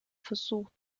versucht